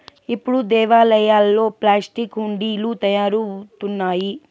ఇప్పుడు దేవాలయాల్లో ప్లాస్టిక్ హుండీలు తయారవుతున్నాయి